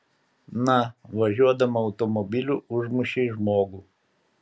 na važiuodama automobiliu užmušei žmogų